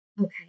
Okay